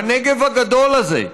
בנגב הגדול הזה,